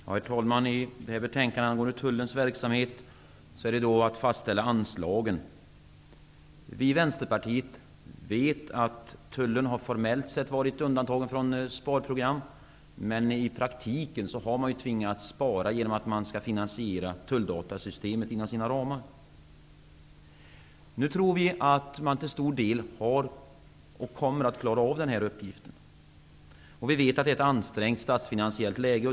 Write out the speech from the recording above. Herr talman! Det här betänkandet angående Tullens verksamhet handlar om att fastställa anslagen. Vi i Vänsterpartiet vet att Tullen formellt sett har varit undantagen från sparprogram, men i praktiken har man tvingats spara genom att man skall finansiera tulldatasystemet inom sina ramar. Nu tror vi att man till stor del har klarat och kommer att klara av den här uppgiften. Vi vet att det är ett ansträngt statsfinansiellt läge.